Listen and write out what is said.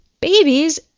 Babies